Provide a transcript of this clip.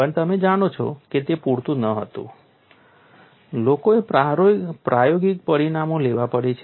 પણ તમે જાણો છો કે તે પૂરતું ન હતું લોકોએ પ્રાયોગિક પરિણામો લેવાં પડે છે